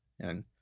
And-